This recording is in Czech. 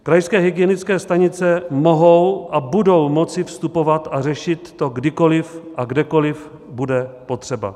Krajské hygienické stanice mohou a budou moci vstupovat a řešit to kdykoliv a kdekoliv to bude potřeba.